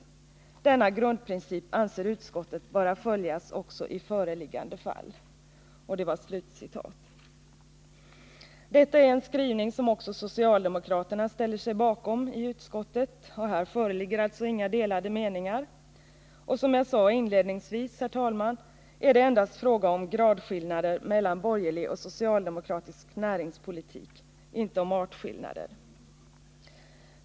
Denna grundprincip anser utskottet böra följas också i föreliggande fall.” Detta är en skrivning som också socialdemokraterna i utskottet ställer sig bakom. Här föreligger alltså inga delade meningar. Och som jag sa inledningsvis, herr talman, är det endast fråga om gradskillnader mellan borgerlig och socialdemokratisk näringspolitik, inte om artskillnader.